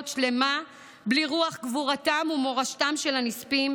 שלמה בלי רוח גבורתם ומורשתם של הנספים,